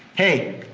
hey,